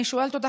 אני שואלת אותך,